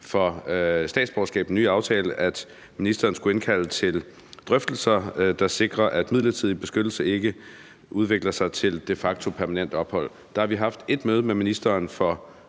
om statsborgerskab, at ministeren skulle indkalde til drøftelser, der sikrer, at midlertidig beskyttelse ikke udvikler sig til et de facto permanent ophold. Der har vi haft ét møde med ministeren for